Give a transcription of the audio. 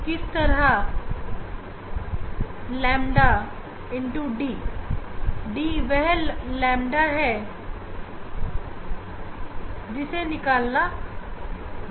sign theta versus n को plot करने के बाद आपको उस ग्राफ की ढाल को निकालना होगा जो की 𝛌d के बराबर है